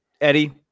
Eddie